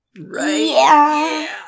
Right